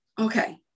Okay